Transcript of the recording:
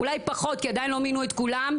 אולי פחות כי עדיין לא מינו את כולם,